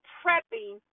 prepping